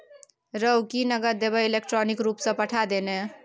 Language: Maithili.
रौ की नगद देबेय इलेक्ट्रॉनिके रूपसँ पठा दे ने